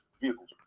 vehicles